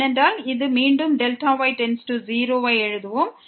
இது மீண்டும் Δy→0 என எழுதுவோம்